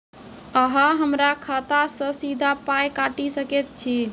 अहॉ हमरा खाता सअ सीधा पाय काटि सकैत छी?